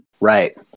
right